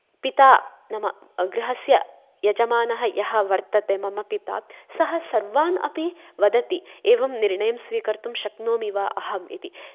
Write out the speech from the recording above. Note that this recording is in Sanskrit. पिता नाम गृहस्य यजमानः यः वर्तते मम पिता सः सर्वान् अपि वदति एवं निर्णयं स्वीकर्तुं शक्नोमि वा अहम् इति